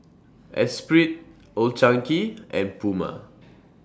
Espirit Old Chang Kee and Puma